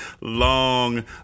long